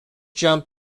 jump